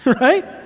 Right